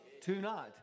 tonight